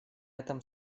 этом